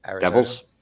Devils